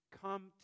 come